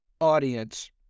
audience